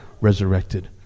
resurrected